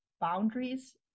boundaries